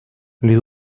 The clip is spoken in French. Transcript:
les